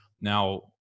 Now